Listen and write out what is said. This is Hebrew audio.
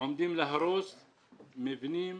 עומדים להרוס מבנים,